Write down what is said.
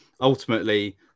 ultimately